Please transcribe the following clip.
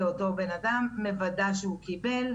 מוודאת שהאדם קיבל,